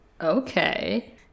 Okay